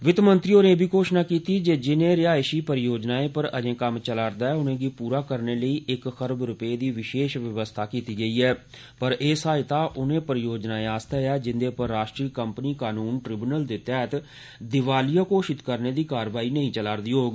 वित्त मंत्री होरें इब्बी घोषणा कीती जे जिनें रिहायशी परियोजनाएंपर अजें कम्म चला'रदा ऐ उनेंगी पूरा करने आसतै इक खरब रपे दी विशेष व्यवस्था कीती गेई ऐ पर एह् सहायता उनें परियोजनाएं आस्तै ऐ जिंदे पर राष्ट्रीय कंपनी कनून ट्रिव्यूनल दे तैहत दीवालिया घोषित करने दी कार्यवाही नेई चला दी होग